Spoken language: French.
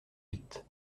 vite